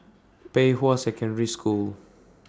Pei Hwa Secondary School